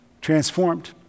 Transformed